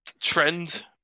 trend